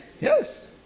Yes